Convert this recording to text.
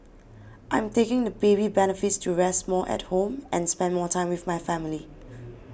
I'm taking the baby benefits to rest more at home and spend more time with my family